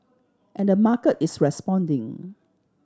and the market is responding